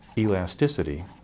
Elasticity